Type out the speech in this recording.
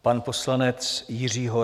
Pan poslanec Jiří Horák.